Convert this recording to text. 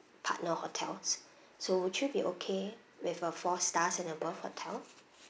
partner hotels so would you be okay with a four stars and above hotel